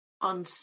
on